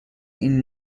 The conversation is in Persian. این